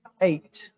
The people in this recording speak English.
eight